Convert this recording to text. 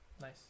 Nice